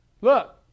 Look